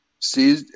See